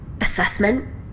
assessment